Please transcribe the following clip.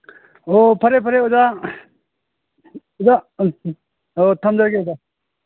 ꯑꯣ ꯐꯔꯦ ꯐꯔꯦ ꯑꯣꯖꯥ ꯑꯣꯖꯥ ꯑꯣ ꯊꯝꯖꯔꯒꯦ ꯑꯣꯖꯥ